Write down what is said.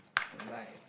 alright